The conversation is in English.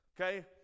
Okay